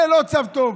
זה לא צו טוב.